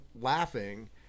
laughing